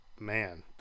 man